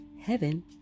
heaven